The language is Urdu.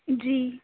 جی